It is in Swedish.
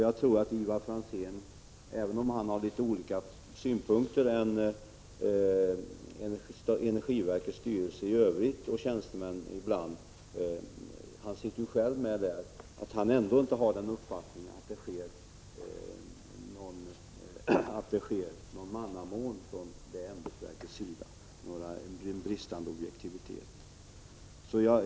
Jag tror inte att Ivar Franzén, även om han har litet annorlunda synpunkter än energiverkets styrelse och tjänstemän — han sitter ju själv med där — har den uppfattningen att det förekommer någon mannamån eller bristande objektivitet i det ämbetsverket.